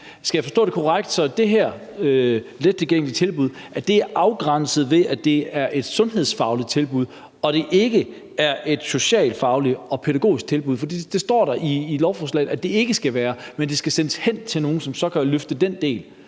Skal jeg forstå det sådan, at det her lettilgængelige tilbud er afgrænset, ved at det er et sundhedsfagligt tilbud og ikke et socialfagligt og pædagogisk tilbud? For det står der i lovforslaget at det ikke skal være, men det skal sendes hen til nogle, som så kan løfte den del.